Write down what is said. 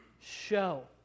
show